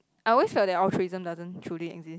I always felt that altruism doesn't truly exist